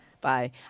Bye